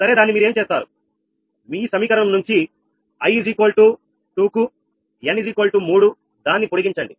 సరే దాన్ని మీరు ఏం చేస్తారు ఈ సమీకరణం నుంచి i2 కుn 3 దాన్ని పొడిగించండి